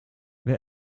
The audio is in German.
wer